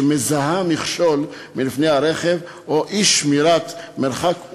שמזהה מכשול לפני הרכב או אי-שמירת מרחק,